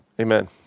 Amen